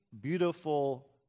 beautiful